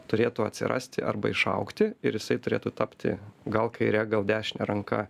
turėtų atsirasti arba išaugti ir jisai turėtų tapti gal kaire gal dešine ranka